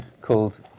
called